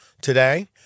today